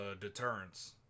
deterrence